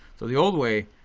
so the old way,